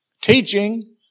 Teaching